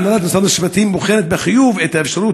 הנהלת משרד המשפטים בוחנת בחיוב את האפשרות